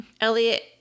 Elliot